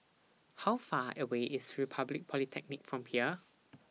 How Far away IS Republic Polytechnic from here